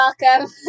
welcome